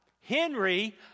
Henry